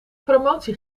promotie